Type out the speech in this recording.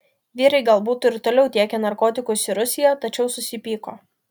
vyrai gal būtų ir toliau tiekę narkotikus į rusiją tačiau susipyko